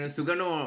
Sugano